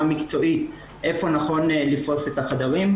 מקצועית איפה נכון לפרוס את החדרים,